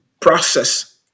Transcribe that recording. process